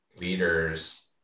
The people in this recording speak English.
leaders